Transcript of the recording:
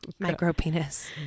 Micropenis